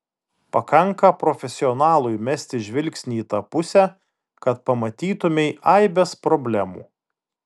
pakanka profesionalui mesti žvilgsnį į tą pusę kad pamatytumei aibes problemų